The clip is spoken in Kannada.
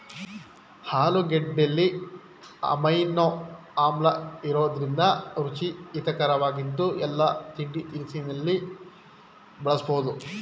ಆಲೂಗೆಡ್ಡೆಲಿ ಅಮೈನೋ ಆಮ್ಲಇರೋದ್ರಿಂದ ರುಚಿ ಹಿತರಕವಾಗಿದ್ದು ಎಲ್ಲಾ ತಿಂಡಿತಿನಿಸಲ್ಲಿ ಬಳಸ್ಬೋದು